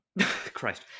Christ